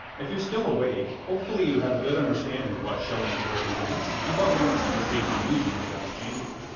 if you're still awake, hopefully you have a good understanding of what shell length represents, and what lengths you can safely use in your gun's chamber.